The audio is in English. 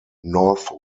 north